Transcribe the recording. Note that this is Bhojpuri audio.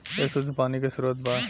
ए शुद्ध पानी के स्रोत बा